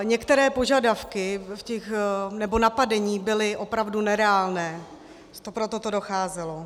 Některé požadavky nebo napadení byly opravdu nereálné, a proto to docházelo.